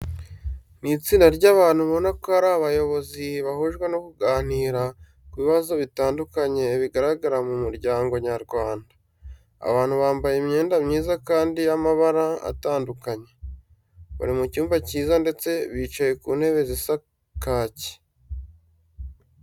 Ni itsinda ry'abantu ubona ko ari abayobozi bahujwe no kuganira ku bibazo bitandukanye bigaragara mu muryango nyarwanda. aba bantu bambaye imyenda myiza kandi y'amabara atandukanye. Bari mu cyumba cyiza ndetse bicaye ku ntebe zisa kake.